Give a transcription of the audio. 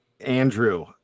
Andrew